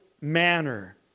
manner